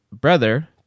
brother